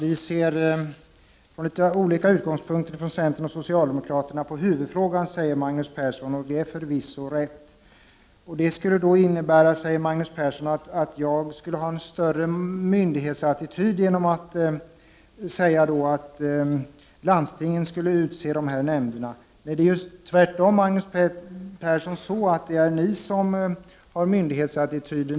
Herr talman! Magnus Persson säger att centern och socialdemokraterna harlitet olika utgångspunkter när det gäller huvudfrågan, och det är förvisso riktigt. Detta skulle innebära, menar Magnus Persson, att jag skulle ha mer av myndighetsattityd, eftersom jag anser att landstingen bör utse ledamöter i nämnderna. Det är, Magnus Persson, tvärtom så, att det är ni som intar en myndighetsattityd.